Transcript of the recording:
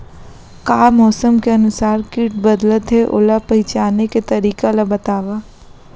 का मौसम के अनुसार किट बदलथे, ओला पहिचाने के तरीका ला बतावव?